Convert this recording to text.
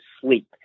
sleep